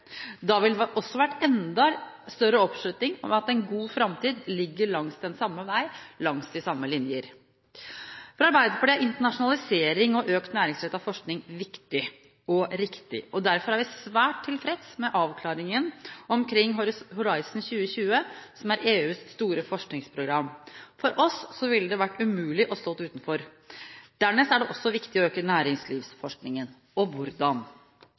Da ville det også vært enda større oppslutning om at en god framtid ligger langs den samme vei, langs de samme linjer. For Arbeiderpartiet er internasjonalisering og økt næringsrettet forskning viktig og riktig. Derfor er vi svært tilfreds med avklaringen omkring Horizon 2020, som er EUs store forskningsprogram. For oss ville det vært umulig å stå utenfor. Dernest er det også viktig å øke næringslivsforskningen. Hvordan?